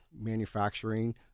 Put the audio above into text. manufacturing